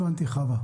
הבנתי, חוה.